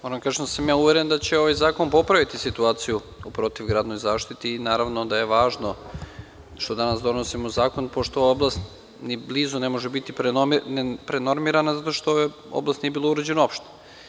Moram da kažem da sam ja uveren da će ovaj zakon popraviti situaciju u protivgradnoj zaštiti i naravno da je važno što danas donosimo zakon, pošto ova oblast ni blizu ne može biti prenormirana zato što oblast nije bila urađena uopšte.